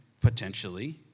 potentially